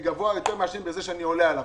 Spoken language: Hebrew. שהאחד יהיה גבוה יותר מהשני בזה שהוא עולה עליו,